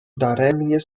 daremnie